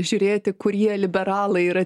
žiūrėti kurie liberalai yra